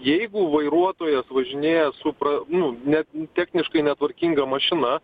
jeigu vairuotojas važinėja su pra nu ne techniškai netvarkinga mašina